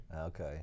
Okay